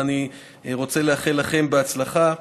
ואני רוצה לאחל לכם בהצלחה.